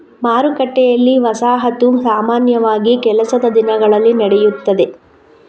ಮಾರುಕಟ್ಟೆಯಲ್ಲಿ, ವಸಾಹತು ಸಾಮಾನ್ಯವಾಗಿ ಕೆಲಸದ ದಿನಗಳಲ್ಲಿ ನಡೆಯುತ್ತದೆ